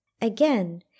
Again